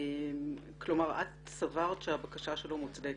כלומר את סברת שהבקשה שלו מוצדקת,